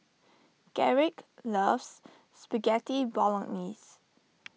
Garrick loves Spaghetti Bolognese